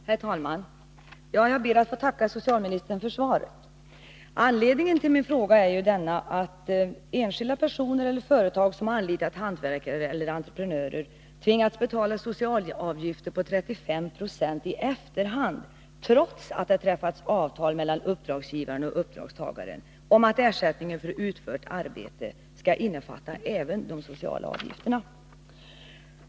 Herr talman! Jag ber att få tacka socialministern för svaret på min fråga. Anledningen till denna är att enskilda personer eller företag, som anlitat hantverkare eller entreprenörer, tvingats betala sociala avgifter på 35 Jo i efterhand, trots att det träffats avtal mellan uppdragsgivaren och uppdragstagaren om att ersättningen för utfört arbete skall innefatta även de sociala avgifterna.